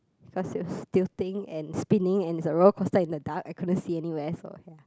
because it was tilting and spinning and the roller coaster in the dark I couldn't see anywhere so ya